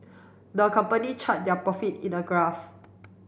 the company chart their profit in a graph